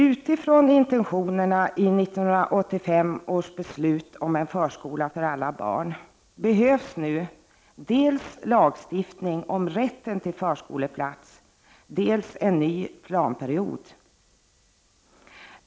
Utifrån intentionerna i 1985 års beslut om en förskola för alla barn behövs nu dels lagstiftning om rätten till förskoleplats, dels en ny planperiod.